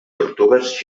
tortugues